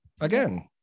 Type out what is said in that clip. Again